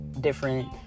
different